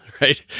right